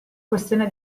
questione